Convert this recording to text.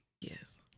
Yes